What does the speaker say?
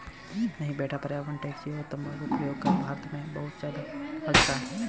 नहीं बेटा पर्यावरण टैक्स और तंबाकू प्रयोग कर भारत में बहुत ज्यादा लगता है